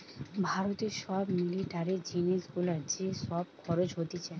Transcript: ভারতে সব মিলিটারি জিনিস গুলার যে সব খরচ হতিছে